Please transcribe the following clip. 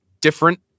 different